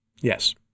Yes